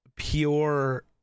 Pure